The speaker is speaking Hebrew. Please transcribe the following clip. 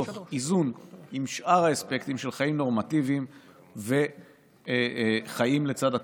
תוך איזון עם שאר האספקטים של חיים נורמטיביים וחיים לצד הקורונה,